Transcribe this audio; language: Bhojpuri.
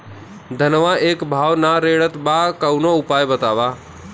धनवा एक भाव ना रेड़त बा कवनो उपाय बतावा?